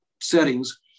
settings